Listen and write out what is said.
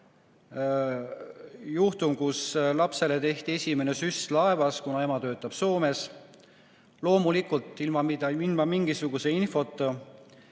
juhtum, kus lapsele tehti esimene süst laevas, kuna ema töötab Soomes. Loomulikult ilma mingisuguse infota,